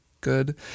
Good